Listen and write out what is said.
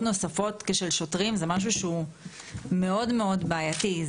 נוספות כשל שוטרים זה משהו שהוא מאוד מאוד בעייתי,